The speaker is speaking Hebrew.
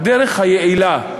הדרך היעילה,